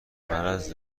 مرض